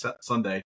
Sunday